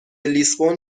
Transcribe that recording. لیسبون